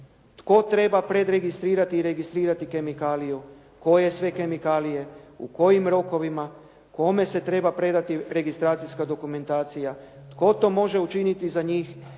Tko treba predregistrirati i registrirati kemikaliju, koje sve kemikalije, u kojim rokovima, kome se treba predati registracijska dokumentacija, tko to može učiniti za njih,